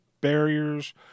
barriers